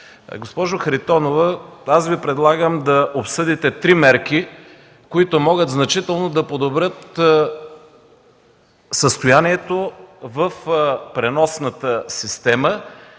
Госпожо Харитонова, предлагам Ви да обсъдите три мерки, които могат значително да подобрят състоянието в преносната система